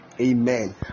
Amen